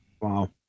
Wow